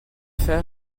train